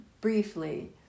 briefly